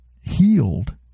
healed